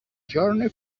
journey